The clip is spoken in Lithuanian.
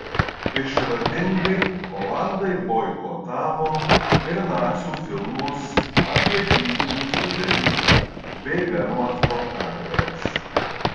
išradingai olandai boikotavo ir nacių filmus apie didįjį fiurerį bei vermachto pergales